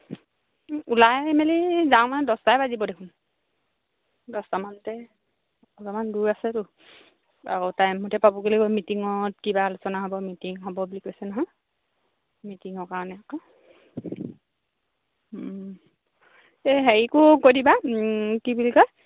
ওলাই মেলি যাওঁ মানে দহটাই বাজিব দেখোন দহটামানতে অলপমান দূৰ আছেতো আকৌ টাইমতে পাবগৈ লাগিব আকৌ মিটিঙত কিবা আলোচনা হ'ব মিটিং হ'ব বুলি কৈছে নহয় মিটিঙৰ কাৰণে আকৌ এই হেৰি কৰোঁ কৈ দিবা কি বুলি কয়